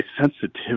sensitivity